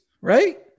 right